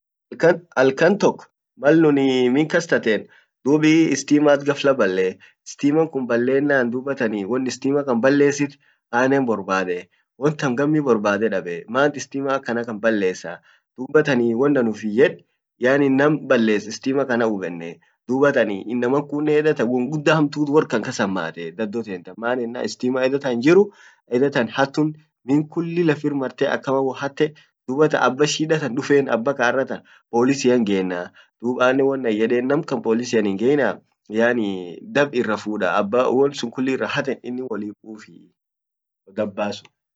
halkan halkan tok mal nun ee min kas teten dub ee istimat ghafla ballee, stiman kun stiman kun ballennan dubatan ee won stiam kan balesit annen borbadee won tan gammi borbade dabeee mant stima akanakan ballesaa dubatan won an uffin yed yaani nam balles stima kan haubennne dubatan inamnan kunnen edatan won gudda hamtut workan kas hamatee dadho ten tan maan ennan stiman edattan hinjiru hatun edetan min kulli lafir ,arte akamma wohatte dubatan abban sida tan duffen abbakan arratan polisian gennaa dub annen won an yeden nam kan polisian hingeina yaanii dab irra fudaa yaani abba won sun kulli irra haten iniin willin kuffin gadbasuu.